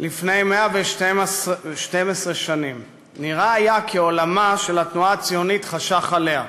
לפני 112 שנים נראה היה כי עולמה של התנועה הציונית חשך עליה.